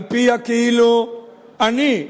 שעל-פיה כאילו אני,